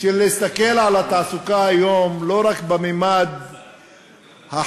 של להסתכל על התעסוקה היום לא רק בממד החברתי,